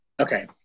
Okay